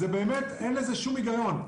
אין בזה שום היגיון.